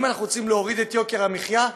אם אנחנו רוצים להוריד את יוקר המחיה,